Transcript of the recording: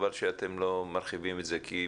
חבל שאתם לא מרחיבים את זה.